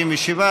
57,